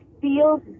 feels